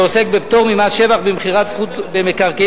שעוסק בפטור ממס שבח במכירת זכות במקרקעין,